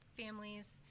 families